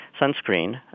sunscreen